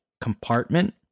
compartment